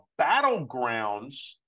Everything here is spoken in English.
battlegrounds